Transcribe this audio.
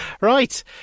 right